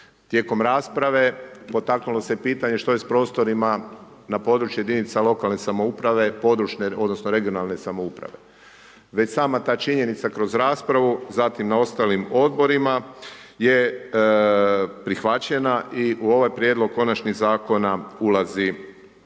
Tijekom rasprave potaknulo se pitanje što je s prostorima na području jedinica lokalne samouprave, područne odnosno regionalne samouprave, već sama ta činjenica kroz raspravu zatim na ostalim odborima je prihvaćena i u ovaj prijedlog konačni zakona ulazi